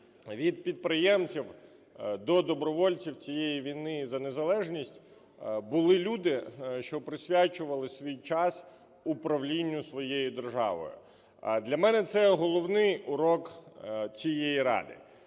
від підприємців до добровольців цієї війни за незалежність, були люди, що присвячували свій час управлінню своєю державою. Для мене це головний урок цієї Ради.